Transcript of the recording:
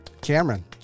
Cameron